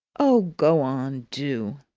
oh, go on, do!